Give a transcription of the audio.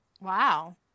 Wow